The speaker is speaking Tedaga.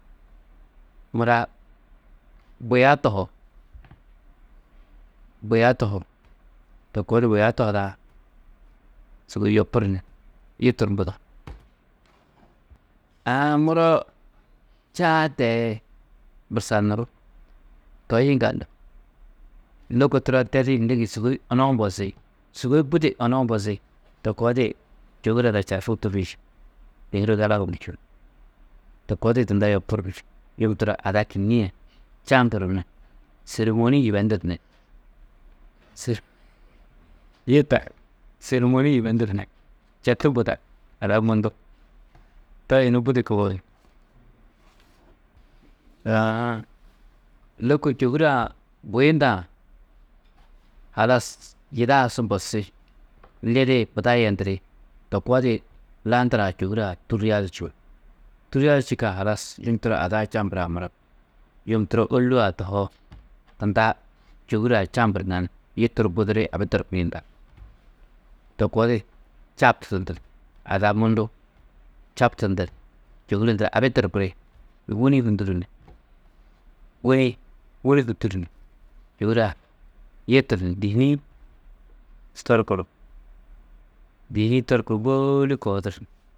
Mura buya toho, buya toho, to koo di buya tohudã, sûgoi yopuru ni yituru budar. aã, muro čaa tee, bursanurú, ̧̧ toi yiŋgaldu, lôko turo tedi ligi, sûgoi onou bozi, sûgoi budi onou bozi, to koo di čôhure ada čarku tûrri. Čôhure gala to koo tunda yopuru, yum turo ada kînnie ni sêremoni yibenduru ni yitar, sêremoni yibenduru ni četu budar, ada mundu, toi yunu budi kubogo. Aã lôko čôhure-ã buyindã, halas yida-ã su bosi, lidi buda yendiri, to koo di landurã čôhure-ã tûrria du čûo. Tûrria du čîkã halas yum turo ada-ã čamburã muro, yum turo ôlua-ã tohoo, tunda čôhure-ã čamburu nani, yituru buduri abi torkiri ndar, ̧to koo di čabtudundu ni ada mundu čabtudundu ni čôhure ndurã abi torkiri, wûni hûnduru ni wûn-ĩ čôhure-ã yituru ni dîhini-ĩ torkuru, dîhini-ĩ torkuru bôoli kohuduru ni.